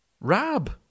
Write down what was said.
Rab